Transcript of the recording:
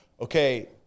okay